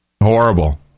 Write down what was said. Horrible